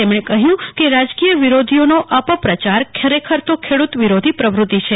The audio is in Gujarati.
તેમણે કહ્યું કે રાજકીય વિરોધીઓનો અપપ્રયાર ખરેખર તો ખેડૂત વિરોધી પ્રવૃતિ છે